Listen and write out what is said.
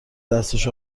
دستش